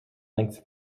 length